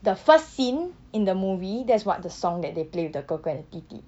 so the first scene in the movie that's what the song that they play with the 哥哥 and the 弟弟